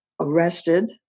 arrested